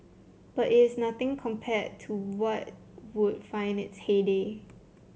but it is nothing compared to what would find in its heyday